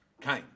came